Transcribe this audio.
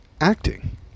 acting